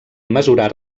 mesurar